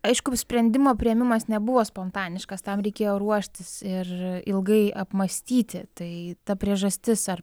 aišku sprendimo priėmimas nebuvo spontaniškas tam reikėjo ruoštis ir ilgai apmąstyti tai ta priežastis ar